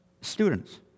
Students